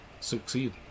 succeed